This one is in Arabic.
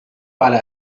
على